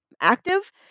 active